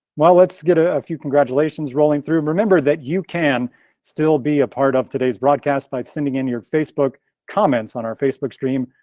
well, let's get a few congratulations rolling through remember that you can still be a part of today's broadcast by sending in your facebook comments on our facebook stream,